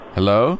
Hello